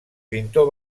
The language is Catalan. pintor